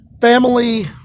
family